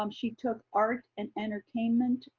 um she took art and entertainment,